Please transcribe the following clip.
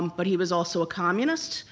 but he was also a communist,